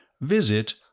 visit